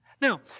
Now